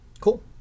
Cool